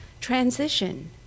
transition